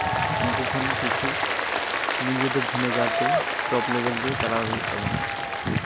ᱩᱱᱠᱩ ᱠᱷᱚᱱ ᱠᱤᱪᱷᱩ ᱱᱤᱡᱮ ᱫᱚ ᱵᱷᱤᱱᱟᱹᱜᱟᱨᱛᱮ ᱴᱚᱯ ᱞᱮᱵᱮᱞ ᱨᱮ ᱪᱟᱞᱟᱣ ᱦᱩᱭᱩᱜ ᱛᱟᱵᱚᱱᱟ